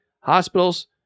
hospitals